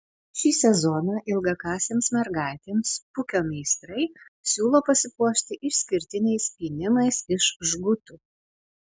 šį sezoną ilgakasėms mergaitėms pukio meistrai siūlo pasipuošti išskirtiniais pynimais iš žgutų